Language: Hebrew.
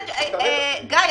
גיא,